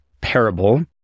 parable